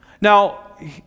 Now